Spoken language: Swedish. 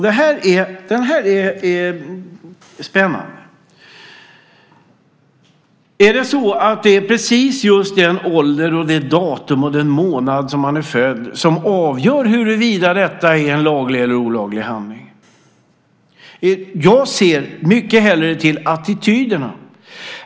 Det här är spännande: Är det just åldern, precis den månad och det datum någon är född, som avgör huruvida detta är en laglig eller olaglig handling? Jag ser mycket hellre till attityderna.